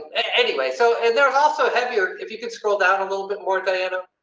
and anyway. so, and they're also heavier if you could scroll down a little bit more diana.